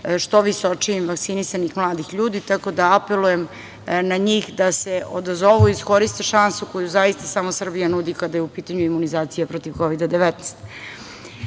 što visočijim vakcinisanih mladih ljudi. Tako da apelujem na njih da se odazovu i iskoriste šansu koju zaista samo Srbija nudi kada je u pitanju imunizacija protiv